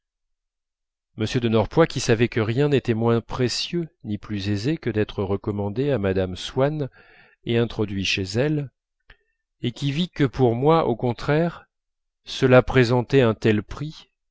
m de norpois qui savait que rien n'était moins précieux ni plus aisé que d'être recommandé à mme swann et introduit chez elle et qui vit que pour moi au contraire cela présentait un tel prix